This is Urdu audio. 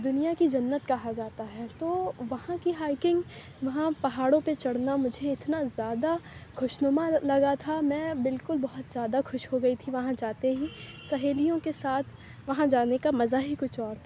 دُنیا کی جنت کہا جاتا ہے تو وہاں کی ہائیکنگ وہاں پہاڑوں پہ چڑھنا مجھے اتنا زیادہ خوشنما لگا تھا میں بالکل بہت زیادہ خوش ہو گئی تھی وہاں جاتے ہی سہیلیوں کے ساتھ وہاں جانے کا مزہ ہی کچھ اور تھا